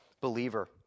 believer